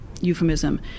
euphemism